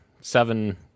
seven